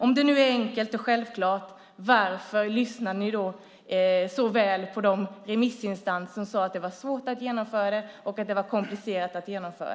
Om det är enkelt och självklart, varför lyssnade ni så väl på remissinstanser som sade att det var svårt och komplicerat att genomföra?